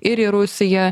ir į rusiją